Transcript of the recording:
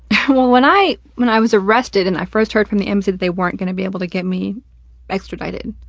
when when i when i was arrested and i first heard from the embassy that they weren't gonna be able to get me extradited,